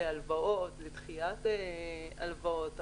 בהלוואות, לדחיית הלוואות.